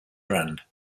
brand